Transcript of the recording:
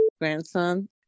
grandson